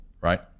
Right